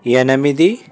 ఎనిమిది